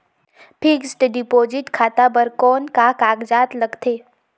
Fixed deposit खाता बर कौन का कागजात लगथे?